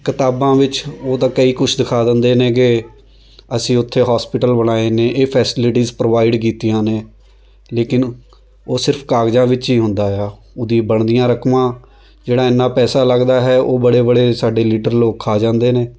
ਕਿਤਾਬਾਂ ਵਿੱਚ ਉਹ ਤਾਂ ਕਈ ਕੁਛ ਦਿਖਾ ਦਿੰਦੇ ਨੇ ਕਿ ਅਸੀਂ ਉੱਥੇ ਹੋਸਪੀਟਲ ਬਣਾਏ ਨੇ ਇਹ ਫੈਸਲਿਟੀਜ਼ ਪ੍ਰੋਵਾਈਡ ਕੀਤੀਆਂ ਨੇ ਲੇਕਿਨ ਉਹ ਸਿਰਫ਼ ਕਾਗਜ਼ਾਂ ਵਿੱਚ ਹੀ ਹੁੰਦਾ ਆ ਉਹਦੀ ਬਣਦੀਆਂ ਰਕਮਾਂ ਜਿਹੜਾ ਇੰਨਾਂ ਪੈਸਾ ਲੱਗਦਾ ਹੈ ਉਹ ਬੜੇ ਬੜੇ ਸਾਡੇ ਲੀਡਰ ਲੋਕ ਖਾ ਜਾਂਦੇ ਨੇ